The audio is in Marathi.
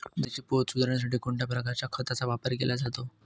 जमिनीचा पोत सुधारण्यासाठी कोणत्या प्रकारच्या खताचा वापर केला जातो?